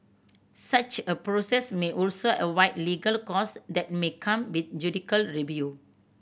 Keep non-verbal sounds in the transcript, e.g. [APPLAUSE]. such a process may also [UNINTELLIGIBLE] legal costs that may come with judicial review